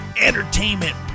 entertainment